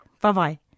Bye-bye